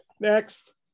Next